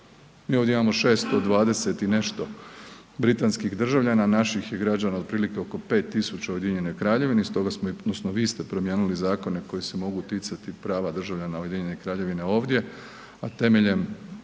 Mi ovdje imamo 620 i nešto britanskih državljan, naših je građana otprilike oko pet tisuća u Ujedinjenoj Kraljevini, stoga smo odnosno vi ste promijenili zakone koji se mogu ticati prava državljana Ujedinjene Kraljevine ovdje, a temeljem